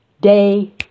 day